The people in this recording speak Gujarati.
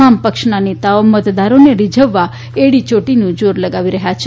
તમામ પક્ષના નેતાઓ મતદારોને રિઝવવા એડી ચોટીનું જોર લગાવી રહ્યા છે